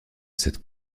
cette